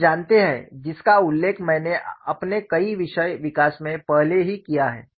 आप जानते हैं जिसका उल्लेख मैंने अपने कई विषय विकास में पहले ही किया है